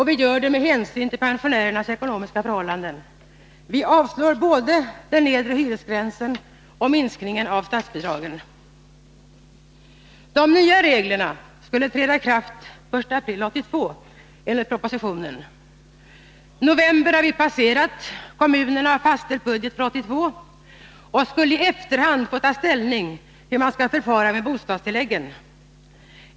Vi gör det med hänsyn till pensionärernas ekonomiska förhållanden. Vi avstyrker både förslaget om en nedre hyresgräns och förslaget om en minskning av statsbidragen. De nya reglerna skulle enligt propositionen träda i kraft den 1 april 1982. Vi har passerat november. Kommunerna har fastställt budget för 1982, och skulle nu i efterhand få ta ställning till hur man skall förfara med bostadstilläggen.